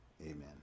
Amen